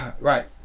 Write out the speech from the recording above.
right